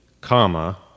Comma